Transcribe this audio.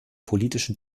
politischen